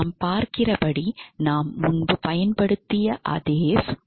நாம் பார்க்கிறபடி நாம் முன்பு பயன்படுத்திய அதே சுற்று